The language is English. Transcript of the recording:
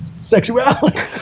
sexuality